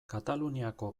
kataluniako